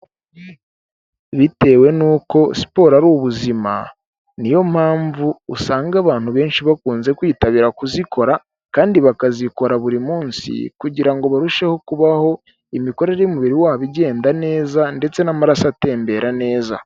Bitewe nuko siporo ari ubuzima, niyo mpamvu usanga abantu benshi bakunze kwitabira kuzikora kandi bakazikora buri munsi kugira ngo barusheho kubaho, imikorere y'umubiri wabo igenda neza ndetse n'amaraso atembera neza.